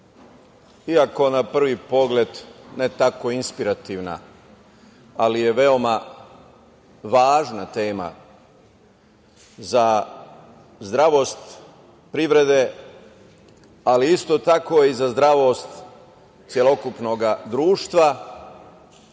iako na prvi pogled ne tako inspirativna, ali je veoma važna tema za zdravost privrede, ali isto tako i za zdravost celokupnog društva,